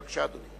בבקשה, אדוני.